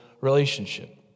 relationship